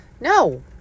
No